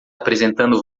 apresentando